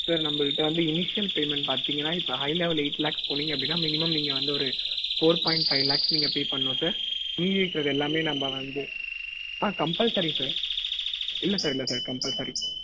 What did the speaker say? sir நம்மள்ட வந்து initial payment பார்த்தீங்கன்னா இப்போ ஹை லெவல் எய்ட் லேக்ஸ் போனீங்க அப்படின்னா மினிமம் நீங்கள் வந்து ஒரு ஃபோர் பாய்ண்ட் ஃபை லேக்ஸ் நீங்கள் பே பண்ணும் சார் மீதி இருக்கிறது எல்லாமே நம்ம வந்து ஆ கம்பல்சரி சார் இல்லை சார் இல்லை சார் கம்பல்சரி